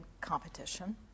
competition